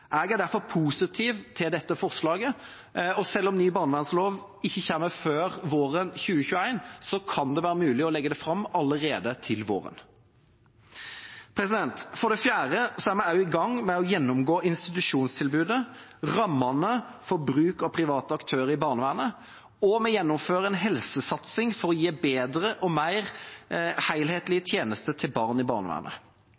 Jeg er derfor positiv til dette forslaget, og selv om ny barnevernslov ikke kommer før våren 2021, kan det være mulig å legge det fram allerede til våren. For det fjerde er vi også i gang med å gjennomgå institusjonstilbudet, rammene for bruk av private aktører i barnevernet, og vi gjennomfører en helsesatsing for å gi bedre og mer